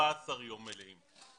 14 ימים מלאים.